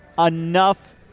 enough